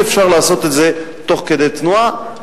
אי-אפשר לעשות את זה תוך כדי תנועה.